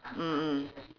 mm mm